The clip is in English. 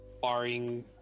Barring